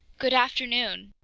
good afternoon.